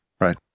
Right